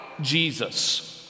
Jesus